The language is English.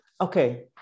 Okay